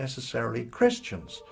necessarily christians